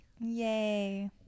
Yay